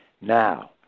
Now